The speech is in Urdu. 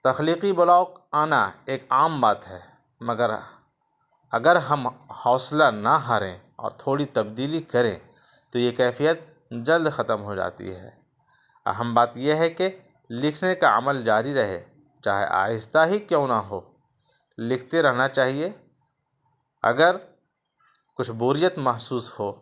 تخلیقی بلاک آنا ایک عام بات ہے مگر اگر ہم حوصلہ نہ ہاریں اور تھوڑی تبدیلی کریں تو یہ کیفیت جلد ختم ہو جاتی ہے اہم بات یہ ہے کہ لکھنے کا عمل جاری رہے چاہے آہستہ ہی کیوں نہ ہو لکھتے رہنا چاہیے اگر کچھ بوریت محسوس ہو